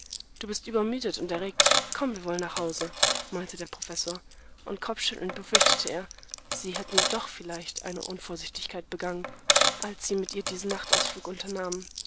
du bist übermüdet und erregt komm wir wollen nach hause meinte der professor und kopfschüttelnd befürchtete er sie hätten doch vielleicht eine unvorsichtigkeit begangen als sie mit ihr diesen nachtausflug unternahmen